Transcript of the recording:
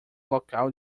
local